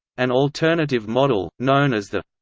an alternative model, known as the